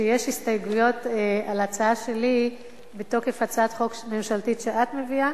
שיש הסתייגויות על ההצעה שלי בתוקף הצעת חוק ממשלתית שאת מביאה